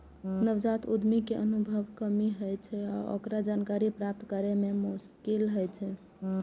नवजात उद्यमी कें अनुभवक कमी होइ छै आ ओकरा जानकारी प्राप्त करै मे मोश्किल होइ छै